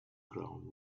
ground